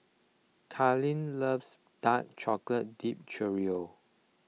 Karlene loves Dark Chocolate Dipped Churro